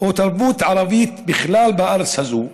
או תרבות ערבית בכלל בארץ הזאת,